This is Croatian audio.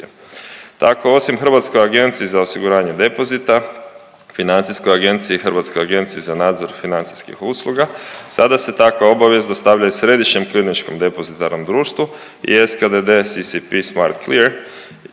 Tako osim Hrvatskoj agenciji za osiguranje depozita, Financijskoj agenciji i Hrvatskoj agenciji za nadzor financijskih usluga sada se takva obaveza dostavlja i Središnjem klirinškom depozitarnom društvu i SKDD-CCP Smart Clear